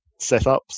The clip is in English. setups